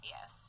Yes